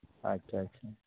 ᱟᱪᱪᱷᱟ ᱟᱪᱪᱷᱟ